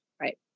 Right